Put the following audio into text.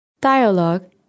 Dialogue